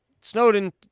Snowden